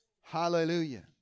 Hallelujah